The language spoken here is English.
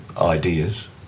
ideas